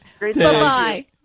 Bye-bye